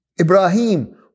Ibrahim